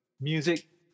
Music